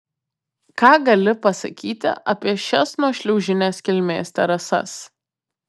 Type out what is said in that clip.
ką gali pasakyti apie šias nuošliaužinės kilmės terasas